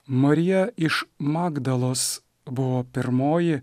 marija iš magdalos buvo pirmoji